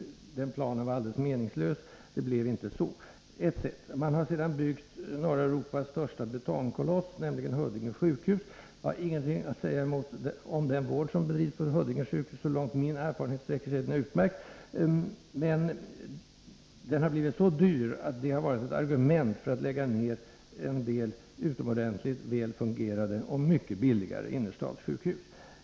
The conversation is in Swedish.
Den planen var alldeles meningslös, och det blev inte så. Man har sedan byggt norra Europas största betongkoloss, nämligen Huddinge sjukhus. Jag har ingenting att säga om den vård som bedrivs på Huddinge sjukhus. Så långt min erfarenhet sträcker sig är den utmärkt. Men den har blivit så dyr att detta har varit ett argument för att lägga ned en del utomordentligt väl fungerande och mycket billigare innerstadssjukhus.